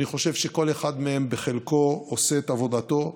אני חושב שכל אחד מהם בחלקו עושה את עבודתו.